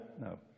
No